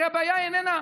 הרי הבעיה איננה,